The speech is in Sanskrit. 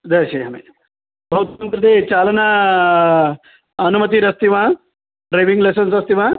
दर्शयामि भवतां कृते चालन अनुमतिरस्ति वा ड्रैविङ्ग् लैसन्स् अस्ति वा